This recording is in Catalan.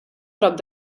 prop